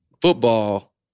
football